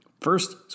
First